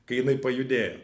kai jinai pajudėjo